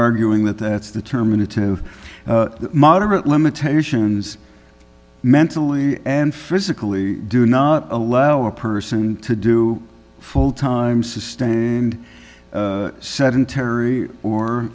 arguing that that's the terminal to moderate limitations mentally and physically do not allow a person to do full time sustained sedentary or